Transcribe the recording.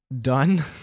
done